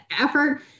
effort